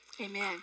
Amen